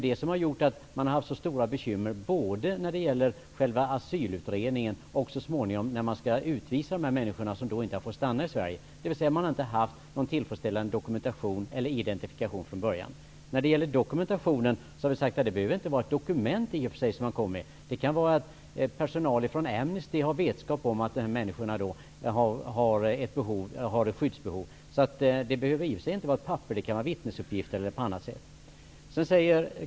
Det som har gjort att det har funnits så stora bekymmer vad gäller både asylutredningar och så småningom utvisningar av de människor som inte får stanna i Sverige, är att de inte har haft någon tillfredsställande dokumentation eller identifikation från början. När det gäller dokumentation har vi sagt att det inte behöver vara fråga om dokument. Personal från Amnesty kan ha vetskap om att dessa människor har skyddsbehov. Det behöver i och för sig inte vara fråga om ett papper. Det kan räcka med vittnesuppgifter e.d.